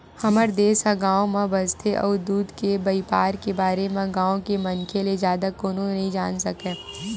हमर देस ह गाँव म बसथे अउ दूद के बइपार के बारे म गाँव के मनखे ले जादा कोनो नइ जान सकय